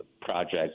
project